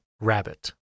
Rabbit